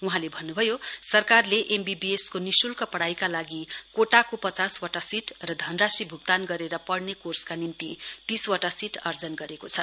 वहाँले भन्नुभयो सरकारले एमबीबीएस को निशुल्क पढाईका लागि कोटाको पचासवटा सीट र धनराशि भ्क्तान गरेर पढ्ने कोर्सका निम्ति तीसवटा सीट आर्जन गरेको छ